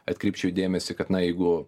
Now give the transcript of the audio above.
atkreipčiau dėmesį kad na jeigu